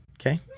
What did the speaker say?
okay